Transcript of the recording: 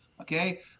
Okay